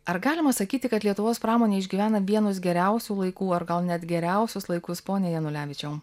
ar galima sakyti kad lietuvos pramonė išgyvena vienus geriausių laikų ar gal net geriausius laikus pone janulevičiau